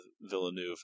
Villeneuve